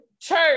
church